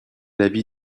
l’avis